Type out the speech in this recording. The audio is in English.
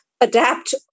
adapt